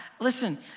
listen